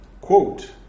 quote